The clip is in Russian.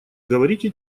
говорите